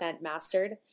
mastered